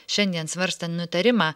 šiandien svarstant nutarimą